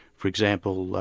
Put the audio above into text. for example,